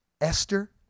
Esther